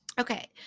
Okay